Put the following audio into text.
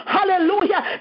Hallelujah